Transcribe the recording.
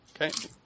Okay